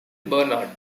bernard